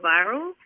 Viral